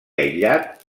aïllat